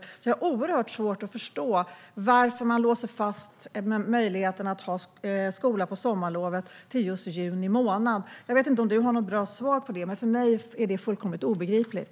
Jag har oerhört svårt att förstå varför man låser fast möjligheten att ha skola på sommarlovet till just juni månad. Jag vet inte om du har något bra svar på det. Men för mig är det fullkomligt obegripligt.